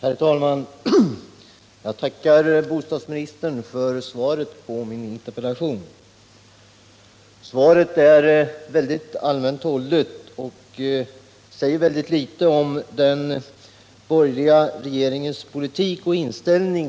En debatt har uppstått omkring förhållandet skogsbruk — rekreation som ett resultat av en rapport ”Rekreationsanpassat skogsbruk — en ekonomisk bedömning” från skogshögskolan, utarbetad av Jan Eric Lindgren.